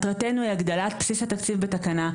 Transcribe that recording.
המטרה שלנו היא הגדלת בסיס התקציב בתקנה,